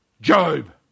Job